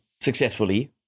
successfully